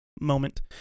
moment